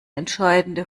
entscheidende